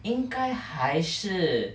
应该还是